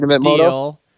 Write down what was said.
deal